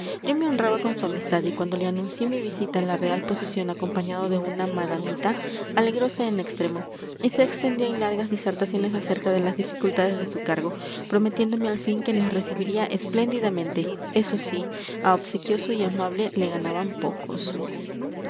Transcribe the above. yo me honraba con su amistad y cuando le anuncié mi visita a la real posesión acompañado de una madamita alegrose en extremo y se extendió en largas disertaciones acerca de las dificultades de su cargo prometiéndome al fin que nos recibiría espléndidamente eso sí a obsequioso y amable le ganaban pocos